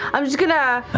i'm just going to